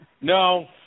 No